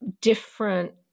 different